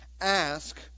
Ask